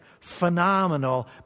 phenomenal